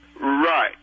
Right